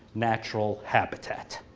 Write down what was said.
natural habitat.